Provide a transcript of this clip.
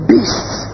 Beasts